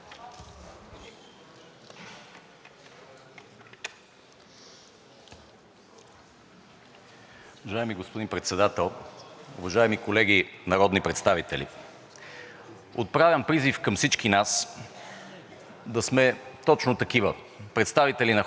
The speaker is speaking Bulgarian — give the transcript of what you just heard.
Уважаеми господин Председател, уважаеми колеги народни представители! Отправям призив към всички нас да сме точно такива – представители на хората в България. И нека да Ви споделя какво аз виждам сред хората в България по тази тема.